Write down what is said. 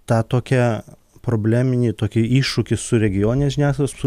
tą tokią probleminį tokį iššūkį su regionine žiniasklaida su